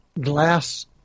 glass